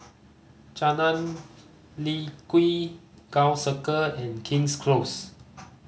Jalan Lye Kwee Gul Circle and King's Close